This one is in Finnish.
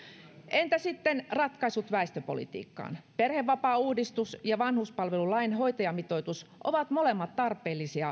entä sitten ratkaisut väestöpolitiikkaan perhevapaauudistus ja vanhuspalvelulain hoitajamitoitus ovat molemmat tarpeellisia